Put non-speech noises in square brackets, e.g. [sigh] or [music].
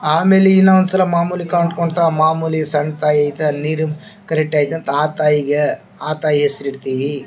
ಆಮೇಲೆ ಇನ್ನೊಂದು ಸಲ ಮಾಮೂಲಿ [unintelligible] ಮಾಮೂಲಿ ಸಣ್ಣ ತಾಯಿಗೆ ಅಲ್ಲಿರು ಕರೆಕ್ಟ್ ಆಗಿ ಅಂತ ತಾಯಿಗೆ ಆ ತಾಯಿ ಹೆಸ್ರು ಇಡ್ತೀವಿ